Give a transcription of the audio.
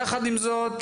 יחד עם זאת,